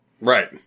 Right